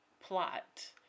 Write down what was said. plot